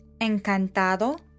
Encantado